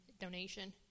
donation